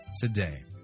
today